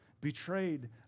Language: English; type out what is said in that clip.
betrayed